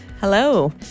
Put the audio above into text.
Hello